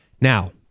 Now